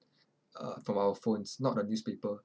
uh from our phones not the newspaper